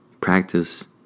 Practice